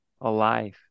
alive